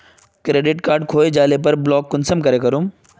Credit card खोये जाले पर ब्लॉक कुंसम करे करूम?